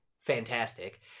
fantastic